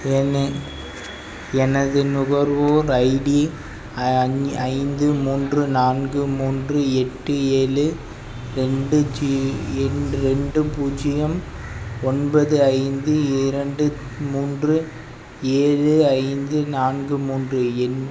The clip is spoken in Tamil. என எனது நுகர்வோர் ஐடி ஐந்து மூன்று நான்கு மூன்று எட்டு ஏழு ரெண்டு ஜீ இரண் ரெண்டு பூஜ்ஜியம் ஒன்பது ஐந்து இரண்டு மூன்று ஏழு ஐந்து நான்கு மூன்று இன்